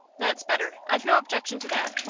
that's better. i've no objection to that.